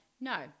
No